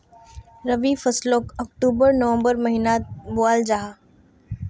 रबी फस्लोक अक्टूबर नवम्बर महिनात बोआल जाहा